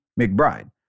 McBride